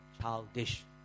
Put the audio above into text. childish